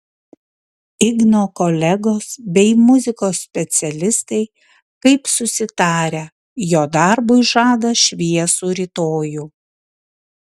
igno kolegos bei muzikos specialistai kaip susitarę jo darbui žada šviesų rytojų